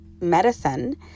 medicine